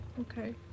Okay